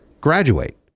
graduate